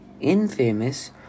Infamous